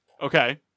Okay